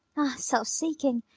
self-seeking?